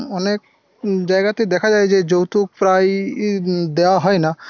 অনেক জায়গাতে দেখা যায় যে যৌতুক প্রায়ই দেওয়া হয় না